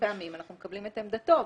הפעמים אנחנו מקבלים את עמדתו.